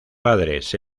padres